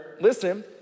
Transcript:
listen